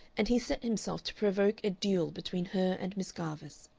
and he set himself to provoke a duel between her and miss garvice.